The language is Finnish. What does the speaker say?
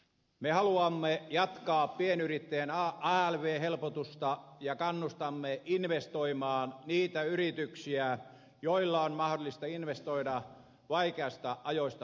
me haluamme jatkaa pienyrittäjän alv helpotusta ja kannustamme niitä yrityksiä investoimaan joiden on mahdollista investoida vaikeista ajoista huolimatta